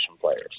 players